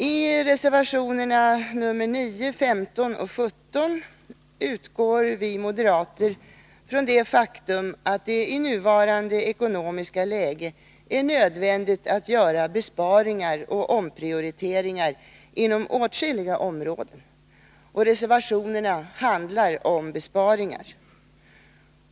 I reservationerna 9, 15 och 17 utgår vi moderater från det faktum att det i nuvarande ekonomiska läge är nödvändigt att göra besparingar och omprioriteringar på åtskilliga områden. Reservationerna handlar också om besparingar.